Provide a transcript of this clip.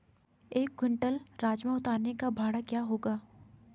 एक क्विंटल राजमा उतारने का भाड़ा क्या होगा?